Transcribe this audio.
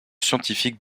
scientifique